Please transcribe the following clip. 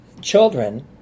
children